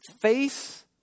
Face